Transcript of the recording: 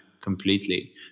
completely